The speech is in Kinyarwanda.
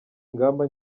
ingamba